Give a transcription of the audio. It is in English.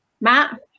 Matt